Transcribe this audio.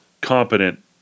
competent